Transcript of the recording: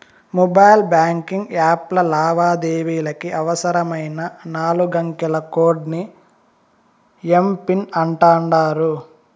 mobile banking యాప్ల లావాదేవీలకి అవసరమైన నాలుగంకెల కోడ్ ని ఎమ్.పిన్ అంటాండారు